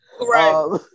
right